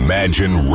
Imagine